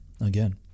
again